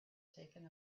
taken